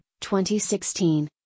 2016